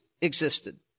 existed